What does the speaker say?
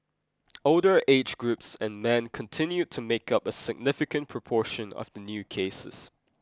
older age groups and men continued to make up a significant proportion of the new cases